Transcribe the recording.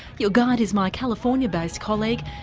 your guide is my california based colleague,